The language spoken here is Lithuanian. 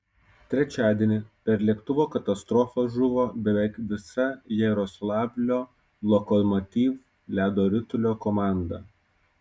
trečiadienį per lėktuvo katastrofą žuvo beveik visa jaroslavlio lokomotiv ledo ritulio komanda